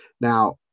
now